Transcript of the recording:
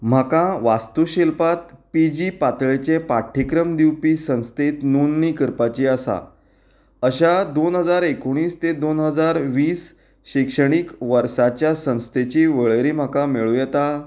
म्हाका वास्तूशिल्पांत P G पातळेचे पाठ्यक्रम दिवपी संस्थेंत नोंदणी करपाची आसा अशा दोन हजार एकोणीस ते दोन हजार वीस शिक्षणीक वर्साच्या संस्थेची वळेरी म्हाका मेळूंक येता